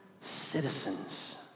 citizens